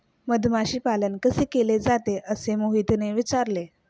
मधमाशी पालन कसे केले जाते? असे मोहितने विचारले